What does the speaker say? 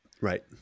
Right